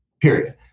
period